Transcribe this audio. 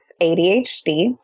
ADHD